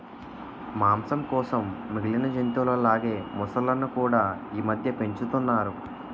మాంసం కోసం మిగిలిన జంతువుల లాగే మొసళ్ళును కూడా ఈమధ్య పెంచుతున్నారు